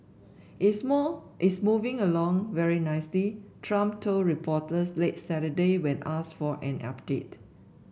it's more it's moving along very nicely Trump told reporters late Saturday when asked for an update